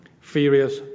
furious